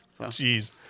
jeez